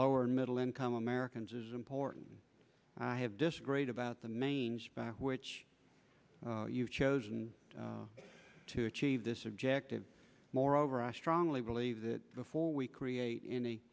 lower and middle income americans is important i have disagreed about the main which you've chosen to achieve this objective moreover i strongly believe that before we create any